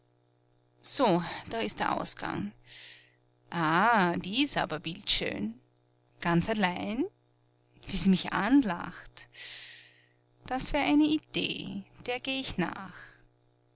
so da ist der ausgang ah die ist aber bildschön ganz allein wie sie mich anlacht das wär eine idee der geh ich nach